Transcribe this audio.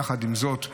יחד עם זאת,